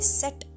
set